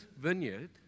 vineyard